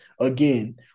again